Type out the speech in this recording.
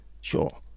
sure